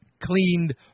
cleaned